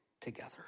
together